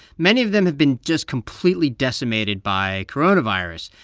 many of them have been just completely decimated by coronavirus.